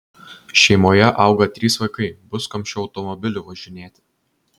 šeimoje auga trys vaikai bus kam šiuo automobiliu važinėti